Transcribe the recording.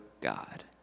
God